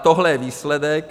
Tohle je výsledek.